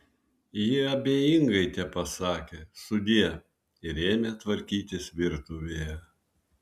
ji abejingai tepasakė sudie ir ėmė tvarkytis virtuvėje